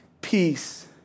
peace